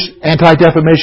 Anti-Defamation